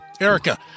Erica